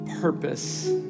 purpose